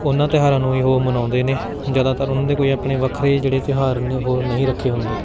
ਓਹਨਾਂ ਤਿਉਹਾਰਾਂ ਨੂੰ ਹੀ ਓਹ ਮਨਾਉਂਦੇ ਨੇ ਜ਼ਿਆਦਾਤਰ ਓਹਨਾਂ ਦੇ ਕੋਈ ਆਪਣੇ ਵੱਖਰੇ ਜਿਹੜੇ ਤਿਉਹਾਰ ਨੇ ਓਹ ਨਹੀਂ ਰੱਖੇ ਹੁੰਦੇ